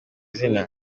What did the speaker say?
zina